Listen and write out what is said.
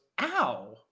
Ow